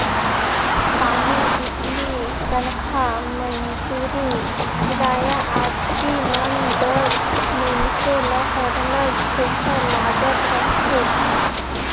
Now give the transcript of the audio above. पानी, बिजली, तनखा, मंजूरी, किराया आदि मन बर मइनसे ल सरलग पइसा लागत रहथे